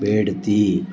वेड्ति